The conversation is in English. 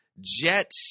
jet